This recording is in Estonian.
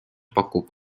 pakub